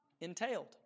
entailed